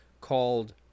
called